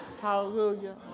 Hallelujah